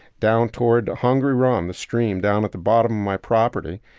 down toward hungry run, the stream down at the bottom of my property,